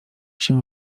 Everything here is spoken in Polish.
się